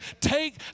Take